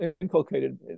inculcated